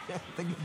תגיד לי.